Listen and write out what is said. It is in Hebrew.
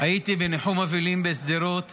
הייתי בניחום אבלים בשדרות